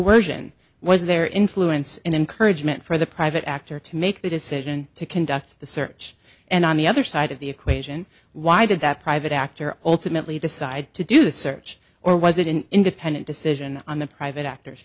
coersion was there influence and encouragement for the private actor to make the decision to conduct the search and on the other side of the equation why did that private actor alternately decide to do that search or was it an independent decision on the private actors